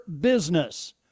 business